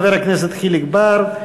חבר הכנסת חיליק בר.